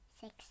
six